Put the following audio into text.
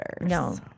No